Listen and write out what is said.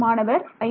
மாணவர் 5